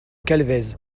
calvez